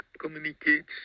communicates